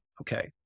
okay